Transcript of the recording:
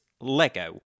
Lego